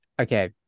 Okay